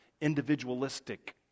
individualistic